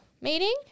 meeting